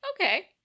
Okay